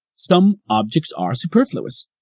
some objects are superfluous.